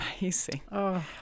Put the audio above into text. amazing